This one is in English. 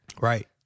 Right